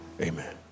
amen